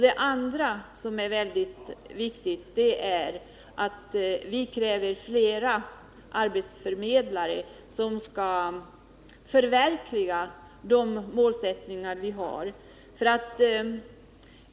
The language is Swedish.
Det är också väldigt viktigt att vi kräver fler arbetsförmedlare som skall förverkliga de målsättningar vi har.